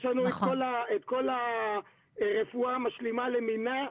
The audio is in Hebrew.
יש לנו את כל הרפואה המשלימה למינה,